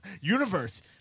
universe